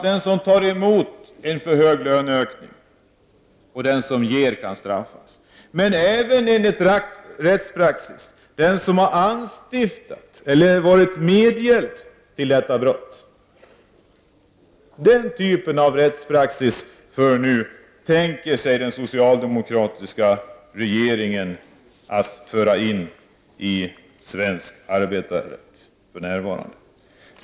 Den som tar emot en för hög löneökning och den som ger den kan straffas, men även — enligt rättspraxis — den som har anstiftat eller varit medhjälp till detta brott. Den typen av rättspraxis tänker sig den socialdemokratiska regeringen att föra in i svensk arbetarrätt för närvarande.